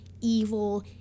evil